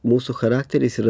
mūsų charakteris ir